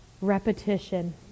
Repetition